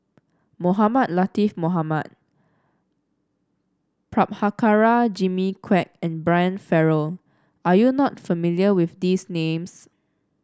Mohamed Latiff Mohamed Prabhakara Jimmy Quek and Brian Farrell are you not familiar with these names